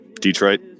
Detroit